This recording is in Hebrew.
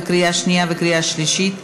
בקריאה שנייה ובקריאה שלישית.